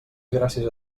gràcies